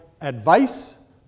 advice